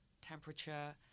temperature